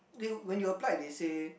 they'll when you applied they say